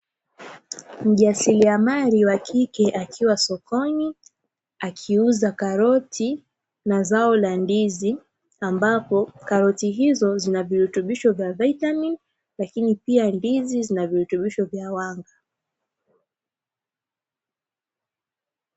Mjasiriamali wa kike akiwa sokoni, akiuuza karoti na zao la ndizi, ambapo karoti hizo zina virutubisho vya vitamini, lakini pia ndizi zina virutubisho vya wanga.